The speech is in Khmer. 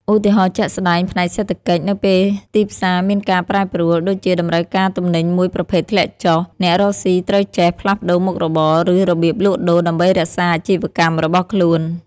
ឧទាហរណ៍ជាក់ស្ដែង ផ្នែកសេដ្ឋកិច្ច នៅពេលទីផ្សារមានការប្រែប្រួល (ដូចជាតម្រូវការទំនិញមួយប្រភេទធ្លាក់ចុះ) អ្នករកស៊ីត្រូវចេះផ្លាស់ប្តូរមុខរបរ ឬរបៀបលក់ដូរ ដើម្បីរក្សាអាជីវកម្មរបស់ខ្លួន។